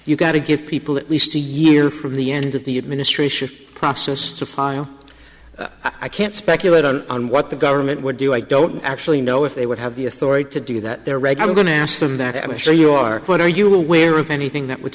you've got to give people at least a year from the end of the administration process to file i can't speculate on on what the government would do i don't actually know if they would have the authority to do that they're regular going to ask them that i'm sure you are what are you aware of anything that would